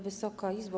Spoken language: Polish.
Wysoka Izbo!